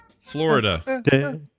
Florida